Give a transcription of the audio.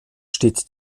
steht